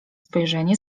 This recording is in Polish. spojrzenie